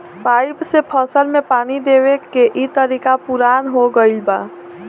pipe से फसल में पानी देवे के इ तरीका पुरान हो गईल बा